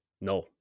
No